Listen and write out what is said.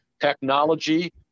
technology